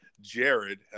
Jared